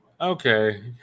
Okay